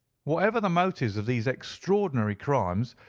whatever the motives of these extraordinary crimes,